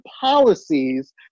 policies